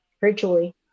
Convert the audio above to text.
virtually